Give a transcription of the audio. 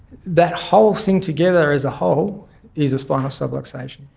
that whole thing together as a whole is a spinal subluxation.